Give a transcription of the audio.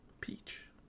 Peach